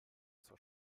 zur